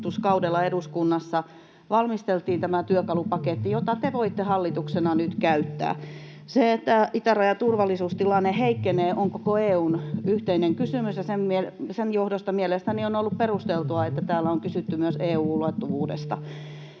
hallituskaudella eduskunnassa valmisteltiin tämä työkalupaketti, jota te voitte hallituksena nyt käyttää. Se, että itärajan turvallisuustilanne heikkenee, on koko EU:n yhteinen kysymys, ja sen johdosta mielestäni on ollut perusteltua, että täällä on kysytty myös EU-ulottuvuudesta.